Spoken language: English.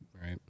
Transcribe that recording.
Right